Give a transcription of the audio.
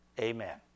amen